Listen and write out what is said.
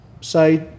say